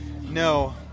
No